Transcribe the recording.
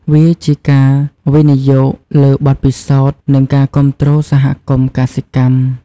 វាជាការវិនិយោគលើបទពិសោធន៍និងការគាំទ្រសហគមន៍កសិកម្ម។